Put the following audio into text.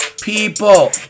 People